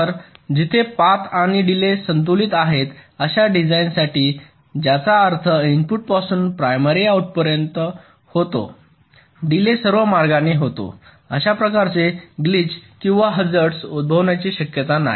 तर जेथे पाथ आणि डीले संतुलित आहेत अशा डिझाईन्ससाठी ज्याचा अर्थ इनपुटपासून प्रायमरी आउटपुटपर्यंत होतो डीले सर्व मार्गाने होतो अशा प्रकारचे ग्लिच किंवा हझार्ड उद्भवण्याची शक्यता नाही